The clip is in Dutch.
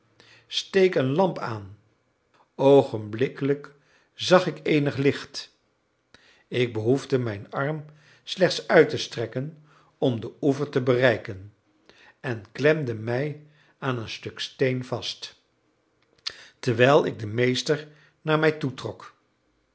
een lamp aan oogenblikkelijk zag ik eenig licht ik behoefde mijn arm slechts uit te strekken om den oever te bereiken en klemde mij aan een stuk steen vast terwijl ik den meester naar mij toe trok